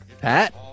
Pat